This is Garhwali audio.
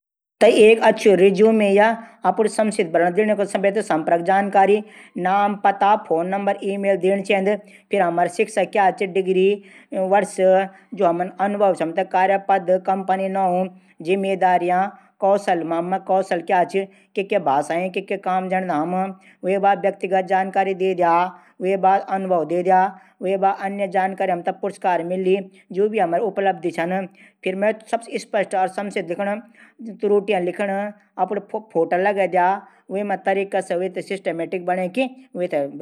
एक अछू रेज्यूमे या अपडू संक्षिप्त दीणू कुने संपर्क जानकारी नाम पता फोन नंबर ईमेल दीण चैंद। शिक्षा। डिग्री वर्ष। अनुभव। कम्पनी नौ। जिम्मेदारियां। कौशल। भाषाएं। काम बारा मा। व्यतिगत जानकारी। अनुभव।। उपलब्धि। संक्षिप्त जानकारी। त्रुटियां। आदि।